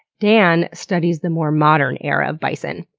dan studies the more modern era of bison.